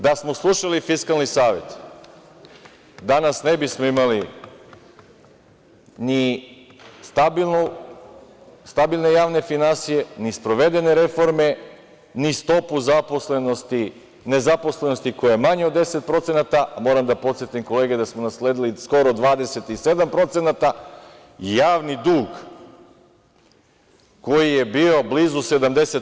Da smo slušali Fiskalni savet, danas ne bismo imali ni stabilne javne finansije, ni sprovedene reforme, ni stopu nezaposlenosti koja je manja od 10%, a moram da podsetim kolege da smo nasledili skoro 27% i javni dug koji je bio blizu 70%